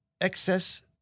excess